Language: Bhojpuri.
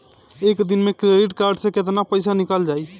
एक दिन मे क्रेडिट कार्ड से कितना पैसा निकल जाई?